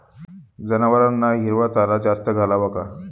जनावरांना हिरवा चारा जास्त घालावा का?